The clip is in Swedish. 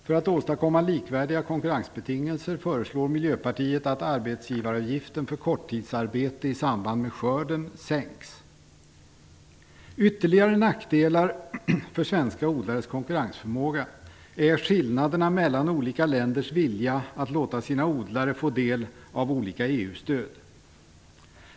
För att åstadkomma likvärdiga konkurrensbetingelser föreslår Ytterligare nackdelar för svenska odlares konkurrensförmåga är skillnaderna mellan olika länders vilja att låta sina odlare få del av olika EU-stöd.